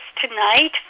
tonight